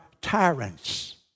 tyrants